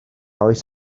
oes